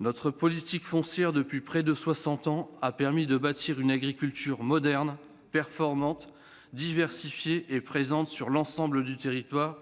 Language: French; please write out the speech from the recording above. Notre politique foncière, depuis près de soixante ans, a permis de bâtir une agriculture moderne performante, diversifiée et présente sur l'ensemble du territoire,